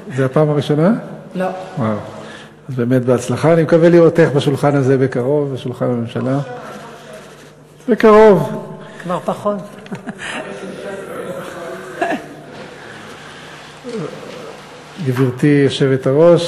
גברתי היושבת-ראש,